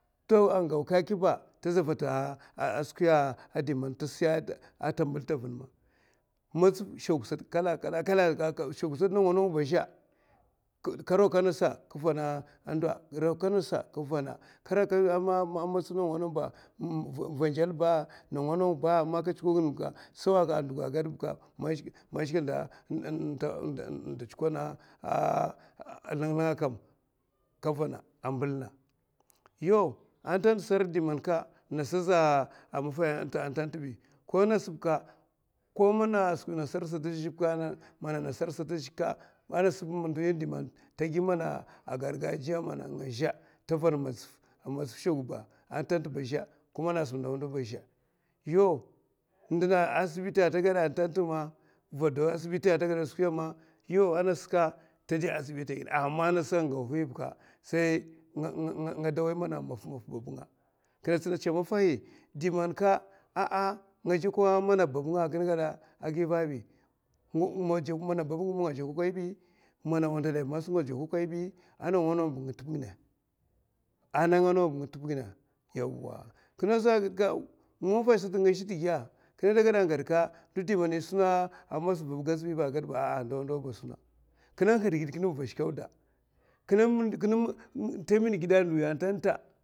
To ko gau kèkè ba taza vata a skwi man tasiya ata mbɗl ta avuna madzaf, shogwa sata kala kala kɗ raka nasa kɗ vana kura ka raka nasa, vandzal ba man tsuko ginè, sau a ka gayna chukona lung lung kam ambɗlna, tagi nasa maffahi atanta azɓi ko nasba amana gargajiya, ndohi dè man tagi mana gargajiya man a nga ba azhè, yau ndèna asibiti atagaèa atanta ma, vodo a asibiti atagaè ma, nasa ba tadè asibiti ginè ama angasa ba nga da way mana maf mafa babbanga, di man ka nga jaka mana babbanga a kinè agaèa sa agiva a ɓi man babbnga nga jokokoyɓi aman wandalahi ba nga jokokoyɓi, kinè nguh dɗ maf babbnga ta winè gièè atanta